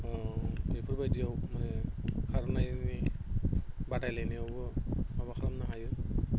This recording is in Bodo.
बेफोरबायदियाव माने खारनानै बादायलायनायावबो माबा खालामनो हायो